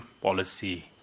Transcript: policy